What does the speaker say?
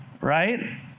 Right